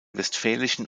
westfälischen